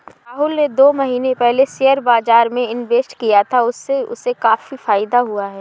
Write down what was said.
राहुल ने दो महीने पहले शेयर बाजार में इन्वेस्ट किया था, उससे उसे काफी फायदा हुआ है